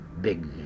big